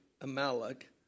Amalek